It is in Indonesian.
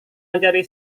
mencari